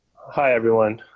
hi everyone,